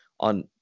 On